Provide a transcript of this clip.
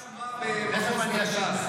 הוא אחראי לשומה במחוז מרכז.